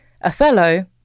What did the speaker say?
Othello